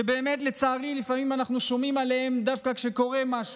שבאמת לצערי לפעמים אנחנו שומעים עליהן דווקא כשקורה משהו,